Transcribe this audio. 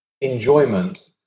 enjoyment